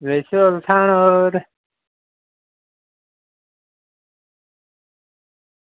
Vesu Althan ઓર